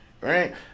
right